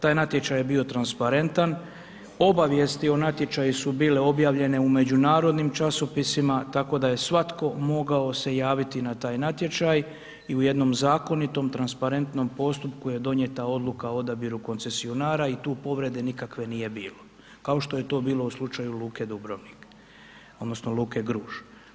Taj natječaj je bio transparentan, obavijesti o natječaju su bile objavljene u međunarodnim časopisima, tako da je svatko mogao se javiti na taj natječaj i u jednom zakonitom, transparentnom postupku je donijeta odluka o odabiru koncesionara i tu povrede nikakve nije bilo, kao što je to bilo u slučaju luke Dubrovnik, odnosno luke Gruž.